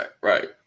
right